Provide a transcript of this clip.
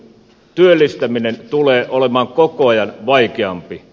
työllistäminen tulee olemaan koko ajan vaikeampaa